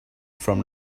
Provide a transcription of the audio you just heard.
from